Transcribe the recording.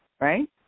right